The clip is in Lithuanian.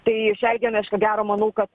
tai šiai dienai aš ko gero manau kad